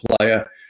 player